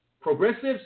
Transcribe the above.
progressives